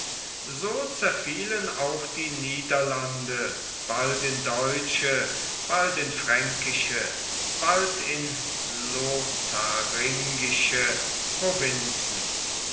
so zerfielen auch die niederlande bald in deutsche bald in fränkische bald in lotharingische provinzen